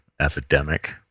epidemic